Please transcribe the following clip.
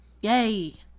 Yay